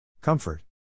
Comfort